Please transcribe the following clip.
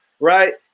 Right